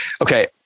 Okay